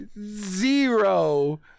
zero